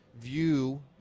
view